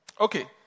Okay